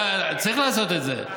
אתה לא צריך לעשות את זה.